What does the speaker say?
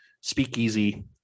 speakeasy